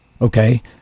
Okay